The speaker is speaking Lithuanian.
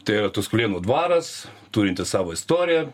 tai yra tuskulėnų dvaras turintis savo istoriją